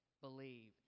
Believe